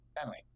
family